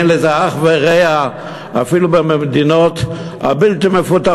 אין לזה אח ורע אפילו במדינות הבלתי-מפותחות,